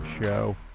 show